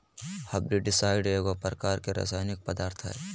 herbicide एगो प्रकार के रासायनिक पदार्थ हई